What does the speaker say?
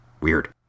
Weird